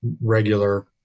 regular